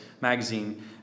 magazine